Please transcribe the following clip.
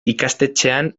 ikastetxean